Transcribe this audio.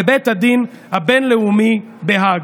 בבית הדין הבין-לאומי בהאג.